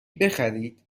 بخرید